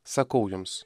sakau jums